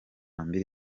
mbili